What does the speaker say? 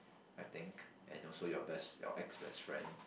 I think and also your best your ex best friend